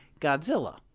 Godzilla